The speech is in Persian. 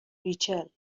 ریچل